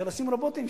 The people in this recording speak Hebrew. אפשר לשים רובוטים,